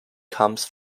comes